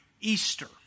Easter